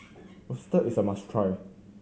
risotto is a must try